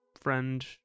friend